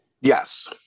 Yes